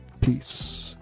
Peace